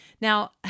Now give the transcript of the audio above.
Now